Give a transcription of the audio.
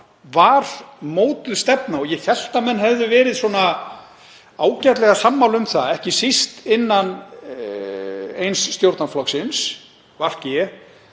var mótuð stefna og ég hélt að menn hefðu verið svona ágætlega sammála um það, ekki síst innan eins stjórnarflokksins, VG, að